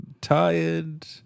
tired